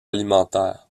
alimentaire